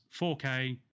4k